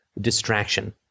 distraction